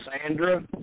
Sandra